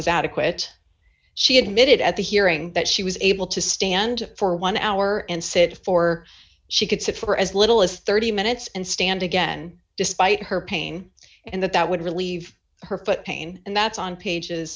was adequate she admitted at the hearing that she was able to stand for one hour and sit for she could sit for as little as thirty minutes and stand again despite her pain and that that would relieve her foot pain and that's on pages